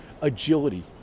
agility